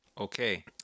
okay